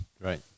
Right